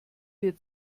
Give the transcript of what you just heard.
wir